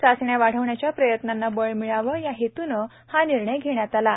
चाचण्या वाढवण्याच्या प्रयत्नांना बळ मिळावं या हेतूनं हा निर्णय घेण्यात आला आहे